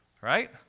right